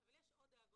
אבל יש עוד דאגות